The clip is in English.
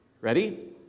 Ready